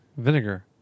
Vinegar